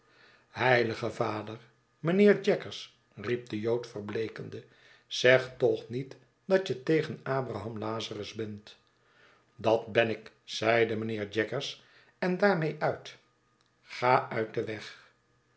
heilige vader mijnheer jaggers riep de jood verbleekende zeg toch niet dat jetegen abraham lazarus bent dat ben ik zeide mijnheer jaggers en daarmee uit ga uit den weg